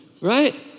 Right